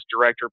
director